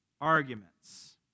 arguments